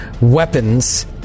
weapons